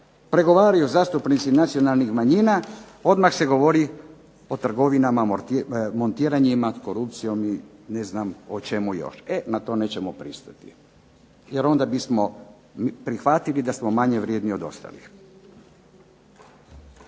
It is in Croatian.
pregovaraju zastupnici nacionalnih manjina odmah se govori o trgovinama, montiranjima korupciji i ne znam o čemu sve još. E to na to nećemo pristati, jer onda bismo prihvatili da smo manje vrijedni od ostalih.